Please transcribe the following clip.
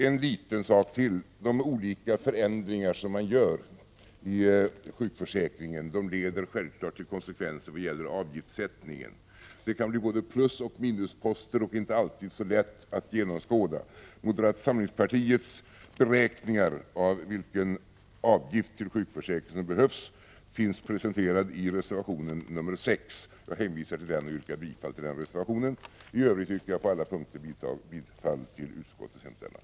En liten sak: De olika förändringar som man gör i sjukförsäkringen leder till konsekvenser i vad gäller avgiftssättningen. Det kan bli både plusoch minusposter och inte alltid så lätt att genomskåda. Moderata samlingspartiets beräkningar av vilken avgift som behövs i sjukförsäkringen finns presenterade i reservation 6. Jag hänvisar till den reservationen och yrkar bifall till den. I övrigt yrkar jag på alla punkter bifall till utskottets hemställan.